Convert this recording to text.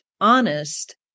honest